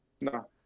no